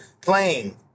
playing